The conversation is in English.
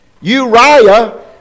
Uriah